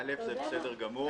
א', זה בסדר גמור.